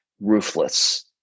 ruthless